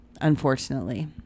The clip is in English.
Unfortunately